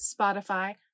Spotify